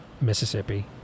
mississippi